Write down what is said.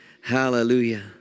hallelujah